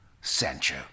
Sancho